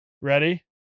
Ready